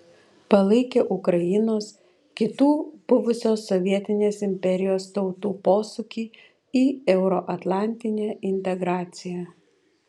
palaikė ukrainos kitų buvusios sovietinės imperijos tautų posūkį į euroatlantinę integraciją